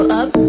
up